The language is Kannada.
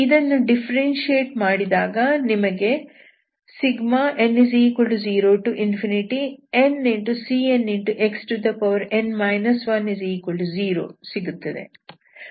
ಇದನ್ನು ಡಿಫ್ಫೆರೆನ್ಶಿಯೇಟ್ ಮಾಡಿದಾಗ ನಿಮಗೆ n0ncnxn 10 ಸಿಗುತ್ತದೆ